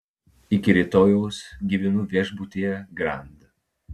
iki rytojaus gyvenu viešbutyje grand